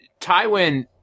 Tywin